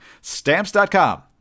Stamps.com